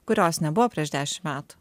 kurios nebuvo prieš dešimt metų